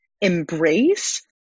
embrace